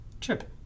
chip